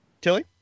Tilly